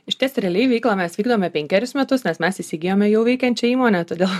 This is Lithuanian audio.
išties realiai veiklą mes vykdome penkerius metus nes mes įsigijome jau veikiančią įmonę todėl